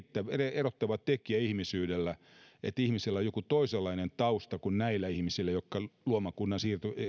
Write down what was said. erottava tekijä ihmisyydessä että ihmisillä on joku toisenlainen tausta kuin niillä ihmisillä jotka luomakunnan